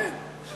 כן, כן.